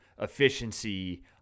efficiency